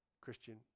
Christian